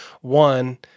One